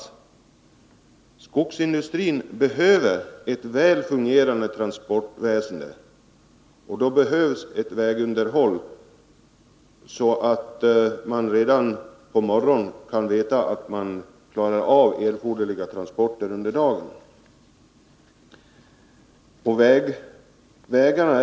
För skogsindustrin behövs ett väl fungerande transportväsende, och för detta krävs ett effektivt vägunderhåll, så att man redan på morgonen kan få besked om att under dagen erforderliga transporter kan genomföras.